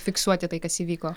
fiksuoti tai kas įvyko